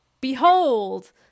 Behold